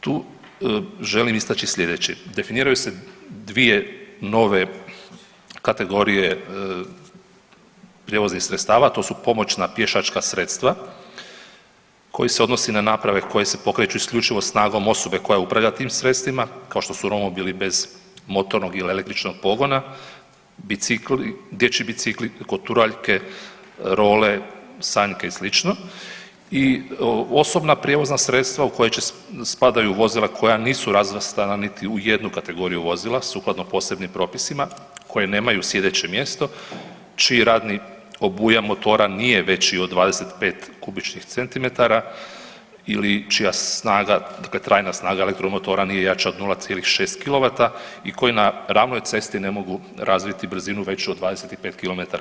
Tu želim istači slijedeće, definiraju se dvije nove kategorije prijevoznih sredstava to su pomoćna pješačka sredstava koji se odnosi na naprave koje se pokreću isključivo snagom osobe koja upravlja tim sredstvima kao što su romobili bez motornog ili električnog pogona, bicikli, dječji bicikli, koturaljke, role, sanjke i slično i osobna prijevozna sredstava u koje spadaju vozila koja nisu razvrstana niti u jednu kategoriju vozila sukladno posebnim propisima koje nemaju sjedeće mjesto, čiji radni obujam motora nije veći od 25 cm3 ili čija snaga, dakle trajna snaga elektromotora nije jača od 0,6 kW i koji na ravnoj cesti ne mogu razviti brzinu veću od 25 km/